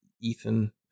Ethan